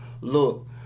look